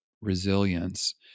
resilience